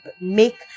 make